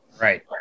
right